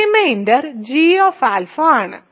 reminder gα ആണ്